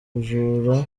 bujura